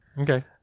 Okay